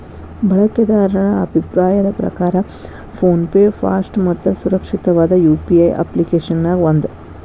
ಬಳಕೆದಾರರ ಅಭಿಪ್ರಾಯದ್ ಪ್ರಕಾರ ಫೋನ್ ಪೆ ಫಾಸ್ಟ್ ಮತ್ತ ಸುರಕ್ಷಿತವಾದ ಯು.ಪಿ.ಐ ಅಪ್ಪ್ಲಿಕೆಶನ್ಯಾಗ ಒಂದ